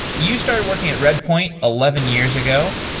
you started working at redpoint eleven years ago.